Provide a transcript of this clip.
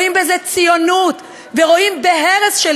רואים בזה ציונות ורואים בהרס של